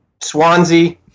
Swansea